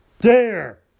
dare